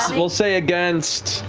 we'll say against